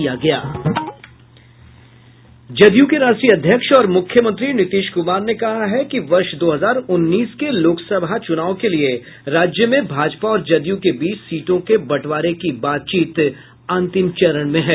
जदयू के राष्ट्रीय अध्यक्ष और मूख्यमंत्री नीतिश कुमार ने कहा है कि वर्ष दो हजार उन्नीस के लोकसभा चुनाव के लिए राज्य में भाजपा और जदयू के बीच सीटों के बंटवारे की बातचीत अंतिम चरण में है